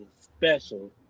special